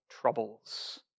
troubles